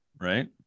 right